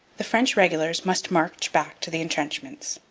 the french regulars must march back to the entrenchments.